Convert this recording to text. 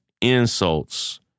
insults